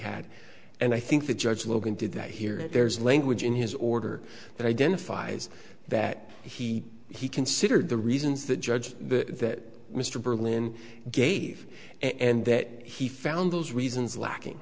had and i think the judge logan did that here and there's language in his order that identifies that he he considered the reasons that judge that mr berlin gave and that he found those reasons lacking